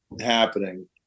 happening